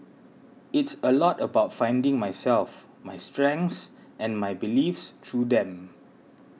it's a lot about finding myself my strengths and my beliefs through them